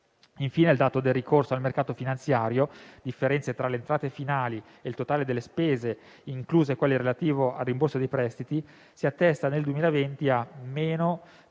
Infine, il dato del ricorso al mercato finanziario, ovvero la differenza tra le entrati finali e il totale delle spese, incluse quelle relative al rimborso dei prestiti, si attesta nel 2020 a -506,9